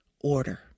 order